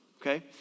okay